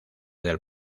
del